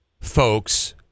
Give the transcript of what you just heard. folks